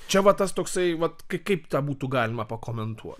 čia va tas toksai vat kaip tą būtų galima pakomentuot